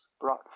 brought